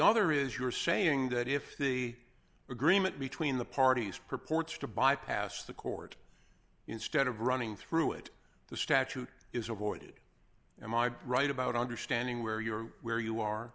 other is you're saying that if the agreement between the parties purports to bypass the court instead of running through it the statute is awarded him are right about understanding where you're where you are